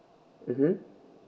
mmhmm